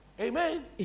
Amen